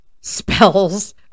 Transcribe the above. spells